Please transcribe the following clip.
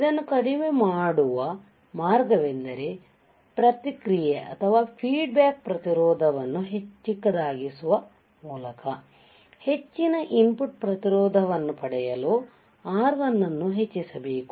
ಇದನ್ನು ಕಡಿಮೆ ಮಾಡುವ ಮಾರ್ಗವೆಂದರೆ ಪ್ರತಿಕ್ರಿಯೆ ಪ್ರತಿರೋಧವನ್ನು ಚಿಕ್ಕದಾಗಿಸುವ ಮೂಲಕ ಹೆಚ್ಚಿನ ಇನ್ಪುಟ್ ಪ್ರತಿರೋಧವನ್ನು ಪಡೆಯಲು R1 ಅನ್ನು ಹೆಚ್ಚಿಸಬೇಕು